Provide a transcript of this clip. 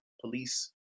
police